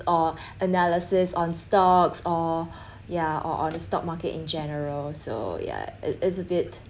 or analysis on stocks or yeah or or the stock market in general so yeah it's a bit